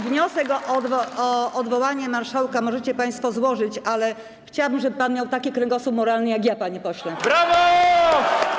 Wniosek o odwołanie marszałka możecie państwo złożyć, ale chciałabym, żeby pan miał taki kręgosłup moralny, jak ja, panie pośle.